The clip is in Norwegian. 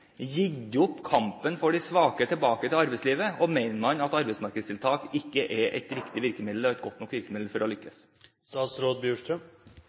arbeidslivet? Og mener man at arbeidsmarkedstiltak ikke er et riktig og godt nok virkemiddel for å